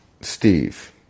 Steve